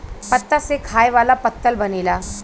पत्ता से खाए वाला पत्तल बनेला